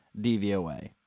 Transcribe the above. DVOA